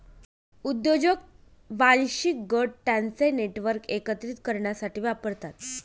उद्योजक वांशिक गट त्यांचे नेटवर्क एकत्रित करण्यासाठी वापरतात